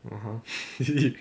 (uh huh) usually